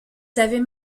savez